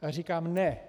Já říkám ne.